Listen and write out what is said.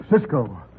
Cisco